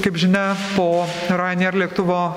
kaip žinia po rajenier lėktuvo